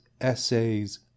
essays